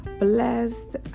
Blessed